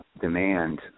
demand